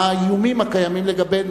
מה האיומים הקיימים לגבינו.